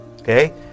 okay